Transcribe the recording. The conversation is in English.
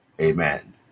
Amen